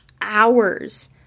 hours